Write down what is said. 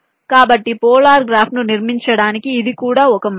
కాబట్టి పోలార్ గ్రాఫ్ను నిర్మించడానికి ఇది కూడా ఒక మార్గం